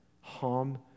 Harm